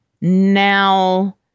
now